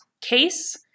case